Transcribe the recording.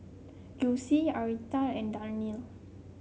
Yulisa Arietta and Darnell